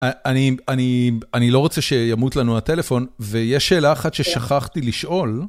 אני לא רוצה שימות לנו הטלפון, ויש שאלה אחת ששכחתי לשאול.